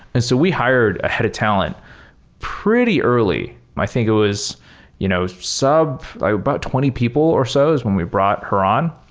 and so we hired a head of talent pretty early. i think it was you know sub like about twenty people or so is when we brought her on.